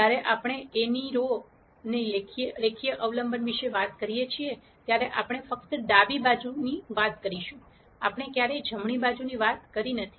જ્યારે આપણે A ની રો ની રેખીય અવલંબન વિશે વાત કરીએ છીએ ત્યારે આપણે ફક્ત ડાબી બાજુની વાત કરીશું આપણે ક્યારેય જમણી બાજુની વાત કરી નથી